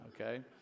okay